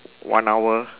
one hour